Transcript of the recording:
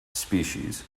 species